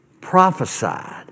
prophesied